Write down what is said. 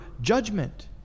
judgment